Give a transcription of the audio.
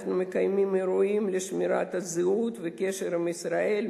אנחנו מקיימים אירועים לשמירת הזהות והקשר עם ישראל.